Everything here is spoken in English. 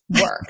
work